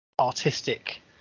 artistic